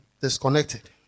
disconnected